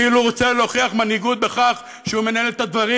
כאילו הוא רוצה להוכיח מנהיגות בכך שהוא מנהל את הדברים